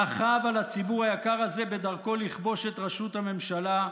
רכב על הציבור היקר הזה בדרכו לכבוש את ראשות הממשלה,